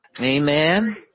Amen